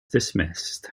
dismissed